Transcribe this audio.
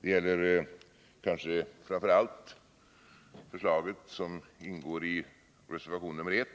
Detta gäller kanske framför allt det förslag som ingår i reservation nr 1,